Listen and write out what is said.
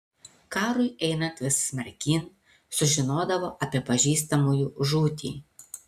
karui einant vis smarkyn sužinodavo apie pažįstamųjų žūtį